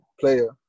player